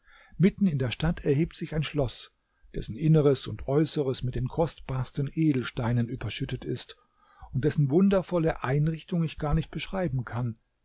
mitten in der stadt erhebt sich ein schloß dessen inneres und äußeres mit den kostbarsten edelsteinen überschüttet ist und dessen wundervolle einrichtung ich gar nicht beschreiben kann